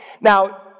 Now